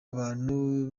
abantu